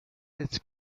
its